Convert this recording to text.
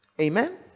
amen